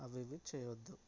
అవి ఇవి చేయొద్దు